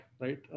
right